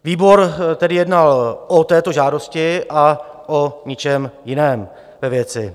Výbor tedy jednal o této žádosti a o ničem jiném ve věci.